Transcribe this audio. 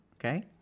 Okay